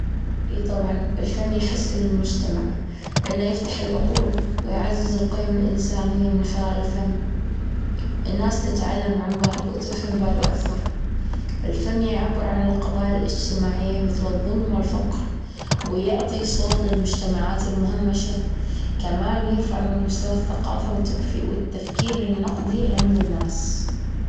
إي طبعًا الفن يحسن المجتمع لأنه يفتح العقول ويعزز القيم الإنسانية من خلال الفن. الناس تتعلم عن بعض وتفهم بعض أكثر. الفن يعبر عن القضايا الاجتماعية مثل الظلم والفقر ويعطي صوت للمجتمعات المهمشة، كمان يرفع من مستوى الثقافة والتكفي- والتفكير النقدي عند الناس.